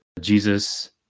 Jesus